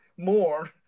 More